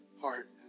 heart